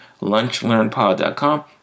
lunchlearnpod.com